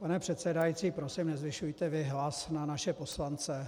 Pane předsedající, prosím, nezvyšujte vy hlas na naše poslance.